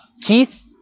Keith